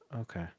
Okay